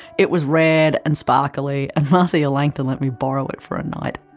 it was red and sparkly and marcia langton let me borrow it for a night.